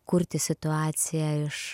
kurti situaciją iš